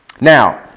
Now